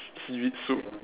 seaweed soup